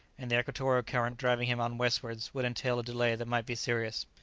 and the equatorial current driving him on westwards, would entail a delay that might be serious.